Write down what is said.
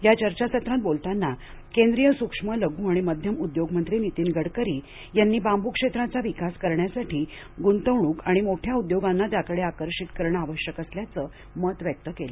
या चर्चा सत्रात बोलताना केंद्रीय सूक्ष्म लघु आणि मध्यम उद्योग मंत्री नीतीन गडकरी यांनी बांबू क्षेत्राचा विकास करण्यासाठी गुंतवणूक आणि मोठ्या उद्योगांना त्याकडं आकर्षित करणं आवश्यक असल्याचं मत व्यक्त केलं